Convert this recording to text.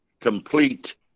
complete